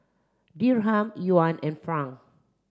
Dirham Yuan and Franc